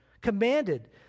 commanded